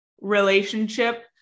relationship